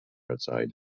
outside